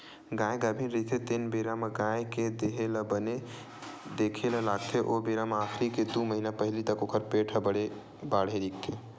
गाय गाभिन रहिथे तेन बेरा म गाय के देहे ल बने देखे ल लागथे ओ बेरा म आखिरी के दू महिना पहिली तक ओखर पेट ह बने बाड़हे दिखथे